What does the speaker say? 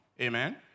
Amen